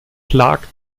clark